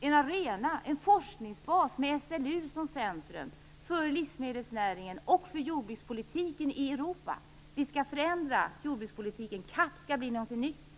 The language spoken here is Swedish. en arena, en forskningsbas med SLU som centrum för livsmedelsnäringen och jordbrukspolitiken i Europa. Vi skall förändra jordbrukspolitiken. CAP skall bli någonting nytt.